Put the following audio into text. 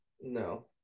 no